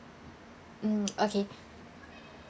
mm okay